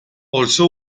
also